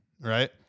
right